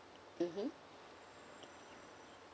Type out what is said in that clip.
mmhmm